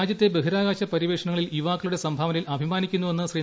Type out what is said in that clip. രാജ്യത്തെ ബഹിരാകാശ പര്യവേഷണങ്ങളിൽ യുവാക്കളുടെ സംഭാവനയിൽ അഭിമാനിക്കുന്നുവെന്ന് ശ്രീ